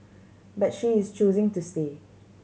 but she is choosing to stay